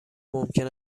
ممکن